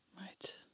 Right